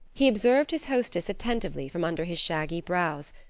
he observed his hostess attentively from under his shaggy brows,